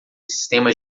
sistemas